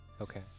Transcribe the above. Okay